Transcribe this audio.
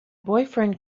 boyfriend